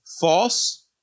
false